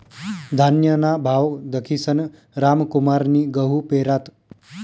धान्यना भाव दखीसन रामकुमारनी गहू पेरात